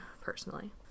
personally